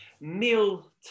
Meal